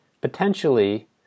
potentially